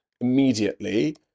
immediately